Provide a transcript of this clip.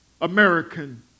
American